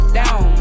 down